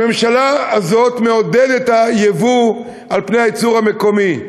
הממשלה הזאת מעודדת את הייבוא על פני הייצור המקומי.